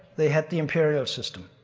they had the imperial system.